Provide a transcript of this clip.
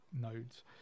nodes